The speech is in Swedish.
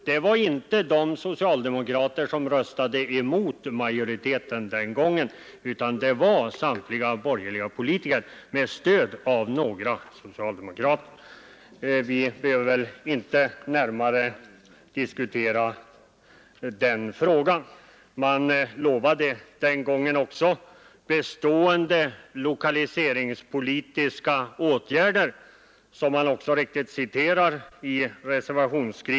Det var inte de socialdemokrater som röstade mot majoriteten den gången utan det var samtliga borgerliga politiker med stöd av några socialdemokrater. Vi behöver väl inte närmare diskutera den frågan. Ni lovade den gången också ”bestående lokaliseringspolitiska åtgärder”, vilket också citeras i reservationen.